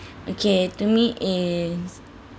okay to me is